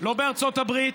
לא בארצות הברית,